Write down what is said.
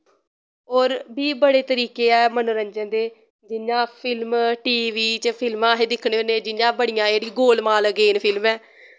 और बी बड़े तरीके ऐ मनोरंजन दे जियां फिल्म टी वी च फिल्मां अस दिक्खने होन्ने जियां बड़ियां जेह्ड़ियां जियां गोल माल अगेन फिल्म ऐ